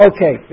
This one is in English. Okay